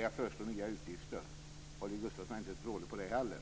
gäller att föreslå nya utgifter. Holger Gustafsson är inte så dålig på det heller.